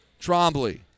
Trombley